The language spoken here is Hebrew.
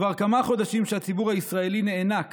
כבר כמה חודשים שהציבור הישראלי נאנק